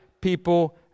people